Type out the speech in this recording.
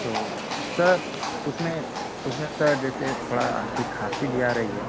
तो सर उसमें उसमें सर जैसे थोड़ा हल्की खाँसी भी आ रही है